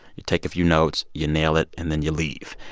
you take a few notes, you nail it and then you leave.